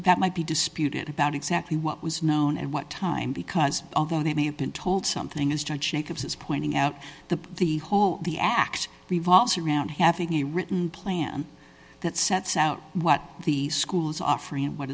that might be disputed about exactly what was known at what time because although they may have been told something is just shake of his pointing out the the whole the act revolves around having a written plan that sets out what the schools offer and what